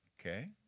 Okay